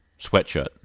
Sweatshirt